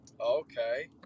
okay